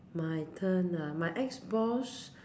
my turn ah my ex-boss